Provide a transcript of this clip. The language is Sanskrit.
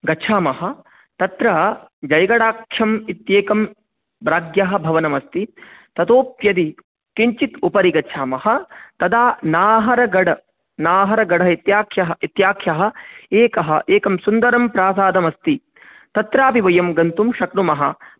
गच्छामः तत्र जैगडाख्यम् इत्येकं राज्ञः भवनमस्ति ततोऽप्यदि किञ्चित् उपरि गच्छामः तदा नाहरगढ नाहरगढ इत्याख्यः इत्याख्यः एकः एकं सुन्दरं प्रासादमस्ति तत्रापि वयं गन्तुं शक्नुमः